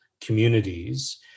communities